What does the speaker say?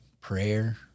prayer